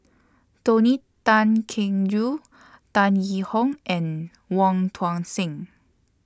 Tony Tan Keng Joo Tan Yee Hong and Wong Tuang Seng